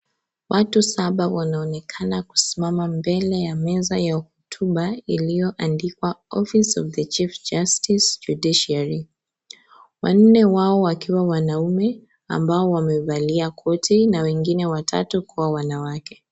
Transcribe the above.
Watu saba wanaonekana kusimama mbele ya meza ya hotuba iliyoandikwa OFFICE OF THE CHIEF JUSTICE JUDICIARY . Wanne wao wakiwa wanaume ambao wamevalia koti na wengine watatu kuwa wanawake.